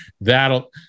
that'll